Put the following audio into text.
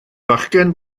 fachgen